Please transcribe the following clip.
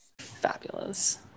Fabulous